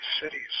cities